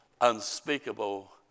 unspeakable